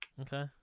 Okay